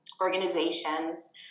organizations